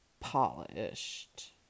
polished